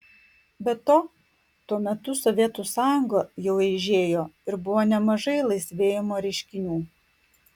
be to tuo metu sovietų sąjunga jau eižėjo ir buvo nemažai laisvėjimo reiškinių